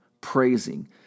praising